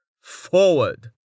forward